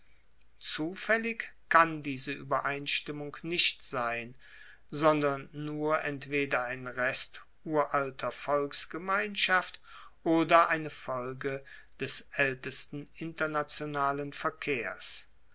zufaellig kann diese uebereinstimmung nicht sein sondern nur entweder ein rest uralter volksgemeinschaft oder eine folge des aeltesten internationalen verkehrs